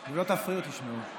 אם לא תפריעו, תשמעו.